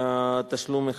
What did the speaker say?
בתשלום אחד.